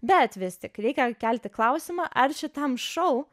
bet vis tik reikia kelti klausimą ar šitam šou